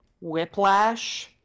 Whiplash